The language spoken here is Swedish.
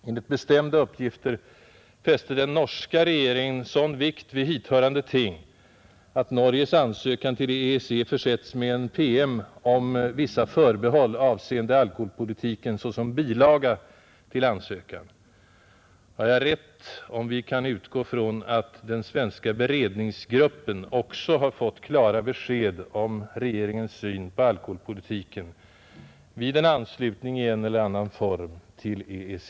Enligt bestämda uppgifter fäste den norska regeringen sådan vikt vid hithörande ting, att Norges ansökan till EEC försetts med en PM om vissa förbehåll avseende alkoholpolitiken som bilaga till denna ansökan. Har jag rätt i min förmodan att vi kan utgå från att den svenska beredningsgruppen också fått klara besked om regeringens syn på alkoholpolitiken vid en anslutning i en eller annan form till EEC?